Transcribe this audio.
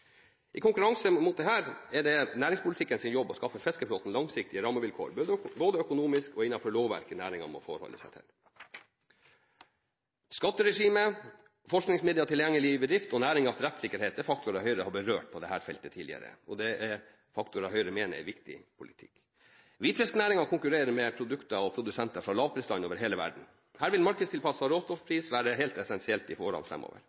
er det næringspolitikkens jobb å skaffe fiskeflåten langsiktige rammevilkår både økonomisk og innenfor lovverket næringen må forholde seg til. Skatteregime, forskningsmidler tilgjengelig i bedrift og næringens rettsikkerhet er faktorer Høyre har berørt på dette feltet tidligere. Det er faktorer Høyre mener er viktige. Hvitfisknæringen konkurrerer mot produkter og produsenter fra lavprisland over hele verden. Her vil en markedstilpasset råstoffpris være helt essensielt i årene